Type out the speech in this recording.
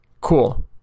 Cool